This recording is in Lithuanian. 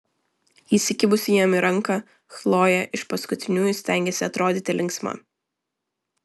įsikibusi jam į ranką chlojė iš paskutiniųjų stengėsi atrodyti linksma